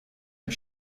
mit